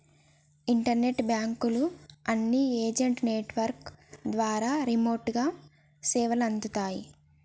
internet బాంకుల అన్ని agent network ద్వారా రిమోట్ గా సేవలందిత్తాయి